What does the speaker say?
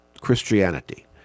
Christianity